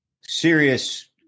serious